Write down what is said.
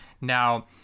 now